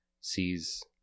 sees